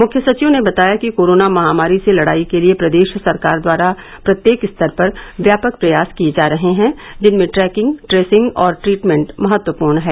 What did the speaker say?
मुख्य सचिव ने बताया कि कोरोना महामारी से लड़ाई के लिये प्रदेश सरकार द्वारा प्रत्येक स्तर पर व्यापक प्रयास किये जा रहे है जिनमें ट्रैकिंग ट्रेसिंग और ट्रीटमेंट महत्वपूर्ण है